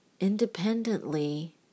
independently